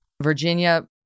Virginia